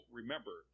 remember